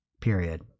period